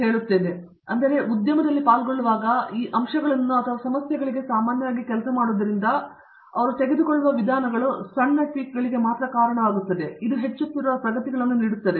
ಆದ್ದರಿಂದ ಉದ್ಯಮವು ಪಾಲ್ಗೊಳ್ಳುವಾಗ ಆ ಅಂಶಗಳನ್ನು ಅಥವಾ ಸಮಸ್ಯೆಗಳಿಗೆ ಸಾಮಾನ್ಯವಾಗಿ ಕೆಲಸ ಮಾಡುವುದರಿಂದ ಅವರು ತೆಗೆದುಕೊಳ್ಳುವ ವಿಧಾನಗಳು ಸಣ್ಣ ಟ್ವೀಕ್ಗಳಿಗೆ ಮಾತ್ರ ಕಾರಣವಾಗುತ್ತವೆ ಇದು ಹೆಚ್ಚುತ್ತಿರುವ ಪ್ರಗತಿಗಳನ್ನು ನೀಡುತ್ತದೆ